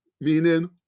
meaning